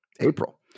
April